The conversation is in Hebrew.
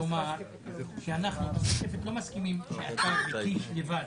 אנחנו במשותפת לא מסכימים שזה אתה וקיש לבד